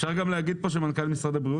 אפשר להגיד פה שמנכ"ל משרד הבריאות